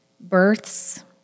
births